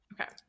Okay